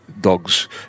dogs